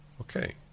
Okay